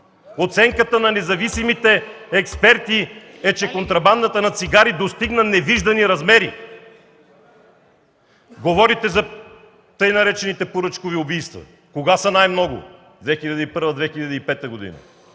Оценката на независимите експерти е, че контрабандата на цигари достигна невиждани размери. Говорите за така наречените „поръчкови убийства”. Кога са най-много? – 2001-2005 г.